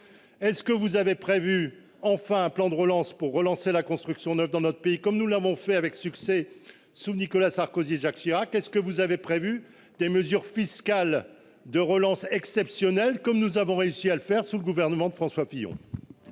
Est-ce que vous avez prévu, enfin un plan de relance pour relancer la construction neuve dans notre pays, comme nous l'avons fait avec succès sous Nicolas Sarkozy, Jacques Chirac, est-ce que vous avez prévu des mesures fiscales de relance exceptionnelle comme nous avons réussi à le faire sous le gouvernement de François Fillon.